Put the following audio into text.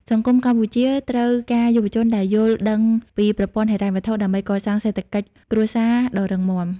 សង្គមកម្ពុជាត្រូវការយុវជនដែលយល់ដឹងពីប្រព័ន្ធហិរញ្ញវត្ថុ ដើម្បីកសាងសេដ្ឋកិច្ចគ្រួសារដ៏រឹងមាំ។